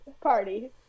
party